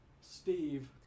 Steve